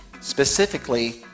Specifically